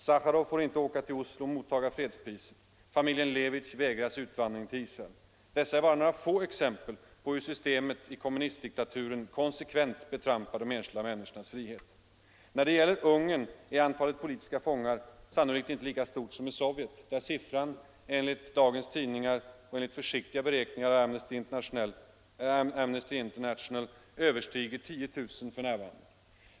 Sacharov får inte åka till Oslo och mottaga fredspriset. Familjen Levitj vägras utvandring till Israel. Dessa är bara några få exempel på hur systemet i kommunistdiktaturen konsekvent betrampar de enskilda människornas frihet. När det gäller Ungern är antalet politiska fångar sannolikt inte lika stort som i Sovjet — där siffran enligt dagens tidningar efter försiktiga beräkningar i Amnesty International överstiger 10000 f.n.